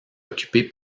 occupée